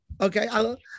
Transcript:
Okay